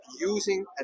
using